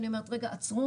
אני אומרת: רגע עצרו,